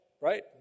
Right